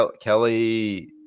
kelly